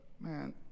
man